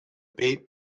bait